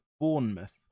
Bournemouth